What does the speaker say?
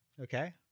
Okay